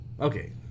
Okay